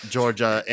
Georgia